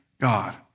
God